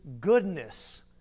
goodness